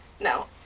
No